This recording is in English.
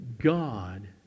God